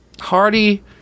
Hardy